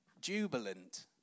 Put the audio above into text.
jubilant